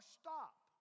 stop